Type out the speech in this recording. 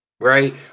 right